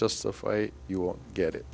justify you won't get it